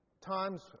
times